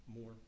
more